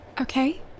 Okay